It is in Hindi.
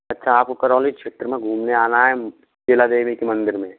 अच्छा आपको करौली क्षेत्र घूमने आना है देवी के मंदिर में